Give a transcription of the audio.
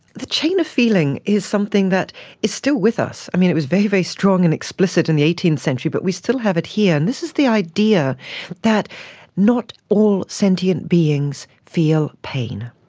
the chain of feeling is something that is still with us. it was very, very strong and explicit in the eighteenth century but we still have it here, and this is the idea that not all sentient beings feel pain.